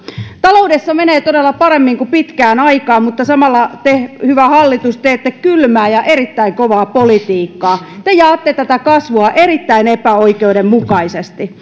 taloudessa menee todella paremmin kuin pitkään aikaan mutta samalla te hyvä hallitus teette kylmää ja erittäin kovaa politiikkaa te jaatte tätä kasvua erittäin epäoikeudenmukaisesti